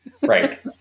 Right